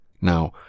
Now